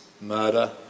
murder